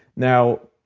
now